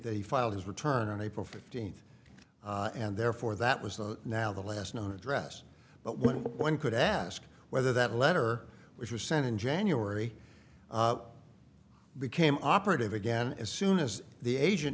they filed his return on april fifteenth and therefore that was the now the last known address but one could ask whether that letter which was sent in january became operative again as soon as the agent